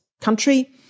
country